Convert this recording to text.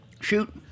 Shoot